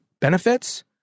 benefits